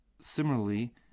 Similarly